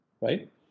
right